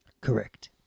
Correct